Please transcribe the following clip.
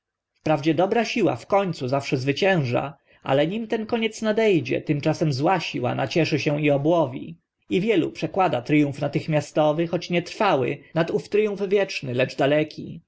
wprawdzie dobra siła w końcu zwycięża ale nim ten koniec na de dzie tymczasem zła siła nacieszy się i obłowi i wielu przekłada tryumf natychmiastowy choć nietrwały nad ów tryumf wieczny lecz daleki